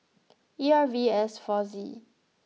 E R V S four Z